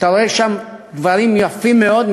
אתה רואה שם דברים יפים מאוד.